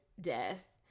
death